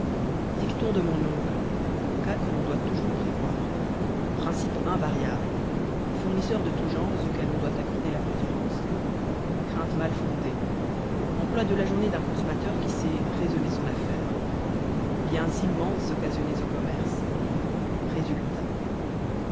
dicton de mon oncle cas que l'on doit toujours prévoir principe invariable fournisseurs de tous genres auxquels on doit accorder la préférence craintes mal fondées emploi de la journée d'un consommateur qui sait raisonner son affaire biens immenses occasionnés au commerce résultats